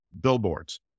billboards